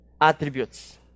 attributes